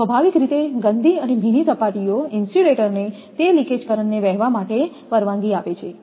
સ્વાભાવિક રીતે ગંદી અને ભીની સપાટીઓ ઇન્સ્યુલેટર ને તે લિકેજ કરંટ ને વહેવા માટે પરવાનગી આપે છે